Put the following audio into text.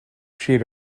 she